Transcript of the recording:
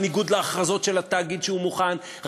בניגוד להכרזות של התאגיד שהוא מוכן,